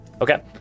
Okay